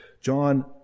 John